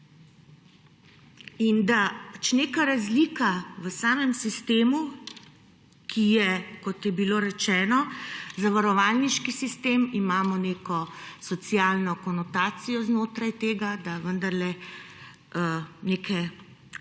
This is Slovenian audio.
In da neka razlika v samem sistemu, ki je, kot je bilo rečeno, zavarovalniški sistem, imamo neko socialno konotacijo znotraj tega, da vendarle neke